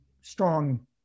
strong